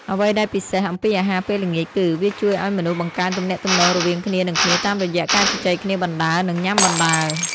អ្វីដែលពិសេសអំពីអាហារពេលល្ងាចគឺ វាជួយឲ្យមនុស្សបង្កើនទំនាក់ទំនងរវាងគ្នានឹងគ្នាតាមរយៈការជជែកគ្នាបណ្ដើរ និងញុំាបណ្ដើរ។